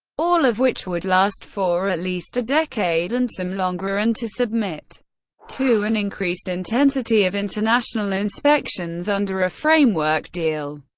all of which would last for at least a decade and some longer, and to submit to an increased intensity of international inspections under a framework deal.